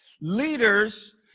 Leaders